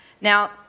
Now